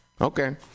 okay